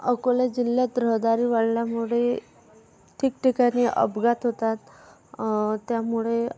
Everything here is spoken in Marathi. अकोला जिल्ह्यात रहदारी वाढल्यामुळे ठिकठिकाणी अपघात होतात त्यामुळे